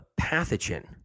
pathogen